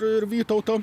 ir vytauto